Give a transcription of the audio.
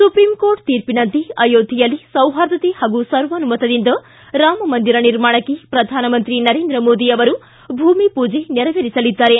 supreme court ತೀರ್ಪಿನಂತೆ ಅಯೋಧ್ವೆಯಲ್ಲಿ ಸೌಪಾರ್ದತೆ ಹಾಗೂ ಸರ್ವಾನುಮತದಿಂದ ರಾಮಮಂದಿರ ನಿರ್ಮಾಣಕ್ಕೆ ಪ್ರಧಾನಮಂತ್ರಿ ನರೇಂದ್ರ ಮೋದಿ ಅವರು ಭೂಮಿ ಪೂಜೆ ನೆರವೇರಿಸಲಿದ್ದಾರೆ